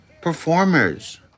performers